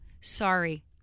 sorry